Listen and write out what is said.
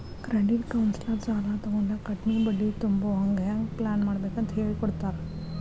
credit counsellor ಸಾಲಾ ತಗೊಂಡಾಗ ಕಡ್ಮಿ ಬಡ್ಡಿ ತುಂಬೊಹಂಗ್ ಹೆಂಗ್ ಪ್ಲಾನ್ಮಾಡ್ಬೇಕಂತ್ ಹೆಳಿಕೊಡ್ತಾರ